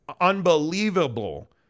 unbelievable